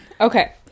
Okay